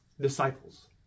disciples